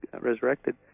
resurrected